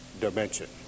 dimension